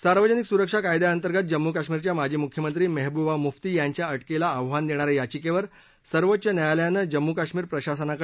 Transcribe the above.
सार्वजनिक सुरक्षा कायद्याअंतर्गत जम्मू कश्मीरच्या माजी मुख्यमंत्री मेहबूबा मुफ्ती यांच्या अटकेला आव्हान देणाऱ्या याचिकेवर सर्वोच्च न्यायालयांन जम्म् कश्मीर प्रशासनाला उत्तर मागितलं आहे